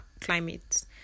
climate